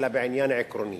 אלא בעניין העקרוני